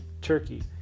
turkey